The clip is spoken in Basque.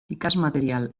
ikasmaterial